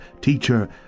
Teacher